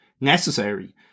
necessary